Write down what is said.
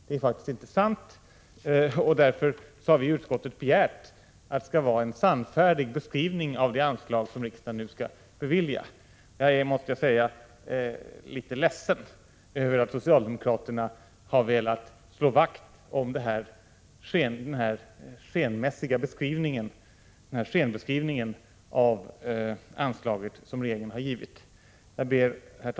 Det är faktiskt inte sant, och därför har vi i utskottet begärt en sannfärdig beskrivning av det anslag vi nu skall bevilja. Jag måste säga att jag är litet ledsen över att socialdemokraterna i utskottet har velat slå vakt om den skenbeskrivning av anslaget som regeringen har givit. Herr talman!